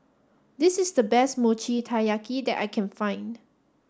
this is the best Mochi Taiyaki that I can find